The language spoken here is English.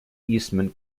eastman